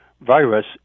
virus